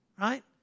right